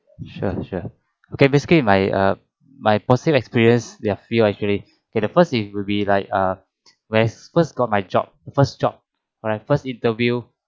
sure sure okay basically my uh my positive experience there are few actually first it will be like uh where I first got my job first job alright first interview